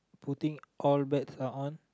putting all bets are on